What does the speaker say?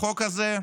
החוק הזה,